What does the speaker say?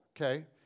okay